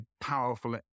powerful